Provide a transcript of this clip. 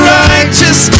righteous